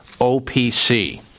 OPC